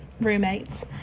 roommates